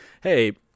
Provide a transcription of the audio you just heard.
Hey